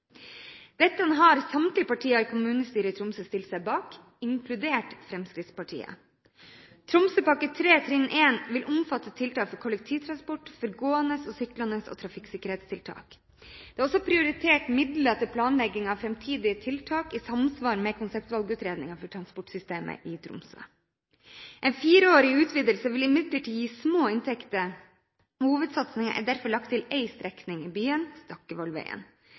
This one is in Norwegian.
Dette har samtlige partier i kommunestyret i Tromsø stilt seg bak, inkludert Fremskrittspartiet. Tromsøpakke 3, trinn 1, vil omfatte tiltak for kollektivtransport, for gående og syklende og trafikksikkerhetstiltak. Det er også prioritert midler til planlegging av framtidige tiltak i samsvar med konseptvalgutredningen for transportsystemet i Tromsø. En fireårig utvidelse vil imidlertid gi små inntekter. Hovedsatsingen er derfor lagt til en strekning i byen